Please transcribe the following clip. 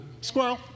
Squirrel